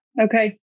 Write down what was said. Okay